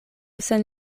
sen